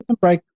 Break